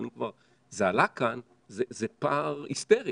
אבל אם כבר זה עלה כאן זה פער היסטרי.